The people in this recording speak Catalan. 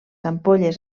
ampolles